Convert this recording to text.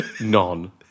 None